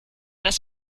das